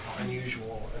unusual